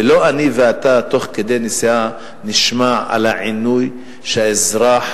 ולא אני ואתה תוך כדי נסיעה נשמע על העינוי שהאזרח